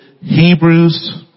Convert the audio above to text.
Hebrews